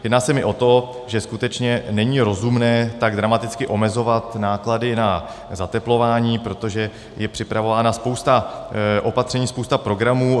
Jedná se mi o to, že skutečně není rozumné tak dramaticky omezovat náklady na zateplování, protože je připravována spousta opatření, spousta programů.